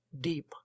deep